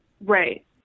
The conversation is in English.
Right